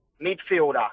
midfielder